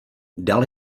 dal